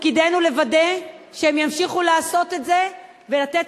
תפקידנו לוודא שהם ימשיכו לעשות את זה ולתת